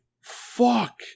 fuck